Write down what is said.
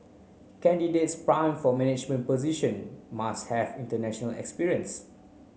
candidates prime for management position must have international experience